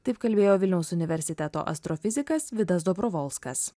taip kalbėjo vilniaus universiteto astrofizikas vidas dobrovolskas